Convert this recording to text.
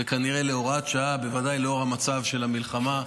וכנראה להוראת שעה, בוודאי לאור המצב של המלחמה,